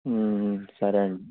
సరే అండీ